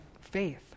faith